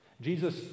jesus